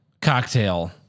cocktail